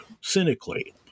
cynically